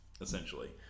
Essentially